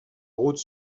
route